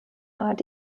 art